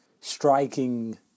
striking